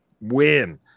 win